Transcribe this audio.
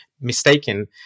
mistaken